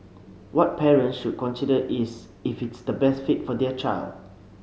what parents should consider is if it is the best fit for their child